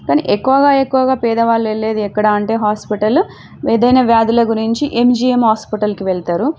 కానీ ఎక్కువగా ఎక్కువగా పేద వాళ్ళు వెళ్ళేది ఎక్కడా అంటే హాస్పిటల్ ఏదైనా వ్యాధుల గురించి ఎంజీయం హాస్పిటల్కి వెళ్తారు